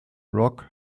rock